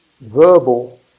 verbal